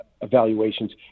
evaluations